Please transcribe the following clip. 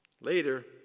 Later